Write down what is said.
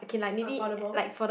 affordable